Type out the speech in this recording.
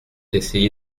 essayé